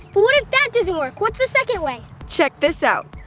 what if that doesn't work? what's the second way? check this out!